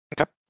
okay